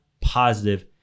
positive